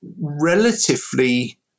relatively